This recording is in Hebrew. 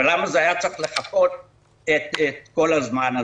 אבל למה היה צריך לחכות את כל הזמן הזה?